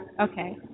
Okay